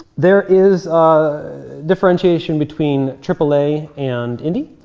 there is a differentiation between aaa and indie.